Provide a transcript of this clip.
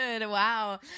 Wow